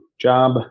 job